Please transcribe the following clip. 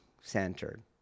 centered